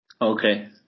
Okay